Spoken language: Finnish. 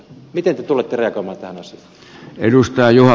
miten te tulette reagoimaan tähän asiaan